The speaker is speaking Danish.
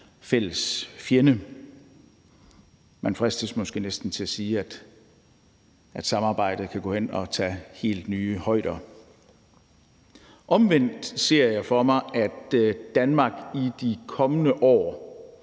fælles fjende. Man fristes måske næsten til at sige, at samarbejdet kan gå hen og nå helt nye højder. Omvendt ser jeg for mig, at Danmark i de kommende år